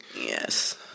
Yes